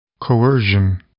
Coercion